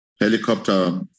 helicopter